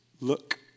Look